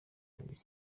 babiri